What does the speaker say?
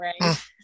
right